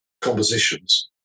compositions